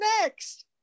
next